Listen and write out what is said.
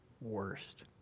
worst